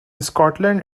scotland